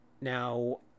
now